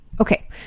Okay